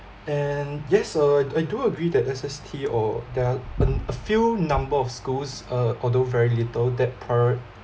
and yes uh I do agree that S_S_T or there are un~ a few number of schools uh although very little that part